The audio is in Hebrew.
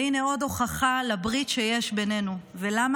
והינה עוד הוכחה לברית שיש בינינו ולמה